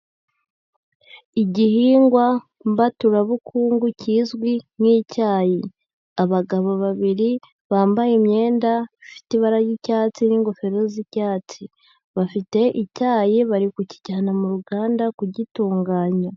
Igihingwa mbaturabukungu kizwi nk'icyayi, abagabo babiri bambaye imyenda ifite ibara ry'icyatsi n'ingofero z'icyatsi, bafite icyayi bari kukijyana mu ruganda kugitunganya.